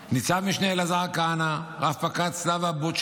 ניצב משנה אלעזר כהנא, רב-פקד סלבה בונצ'וק,